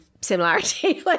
similarity